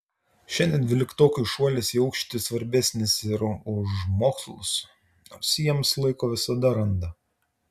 šiandien dvyliktokui šuolis į aukštį svarbesnis ir už mokslus nors jiems laiko visada randa